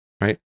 right